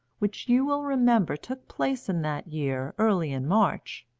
which you will remember took place in that year early in march.